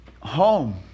home